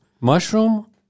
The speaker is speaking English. mushroom